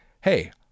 hey